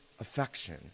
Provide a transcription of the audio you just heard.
affection